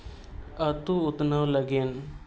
ᱟᱛᱳ ᱩᱛᱱᱟᱹᱣ ᱞᱟᱹᱜᱤᱫ